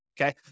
okay